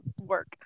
work